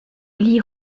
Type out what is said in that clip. l’y